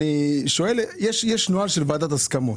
יש נוהל של ועדת הסכמות,